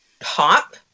pop